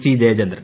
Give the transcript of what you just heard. C Jayachandran